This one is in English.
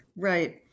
Right